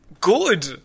good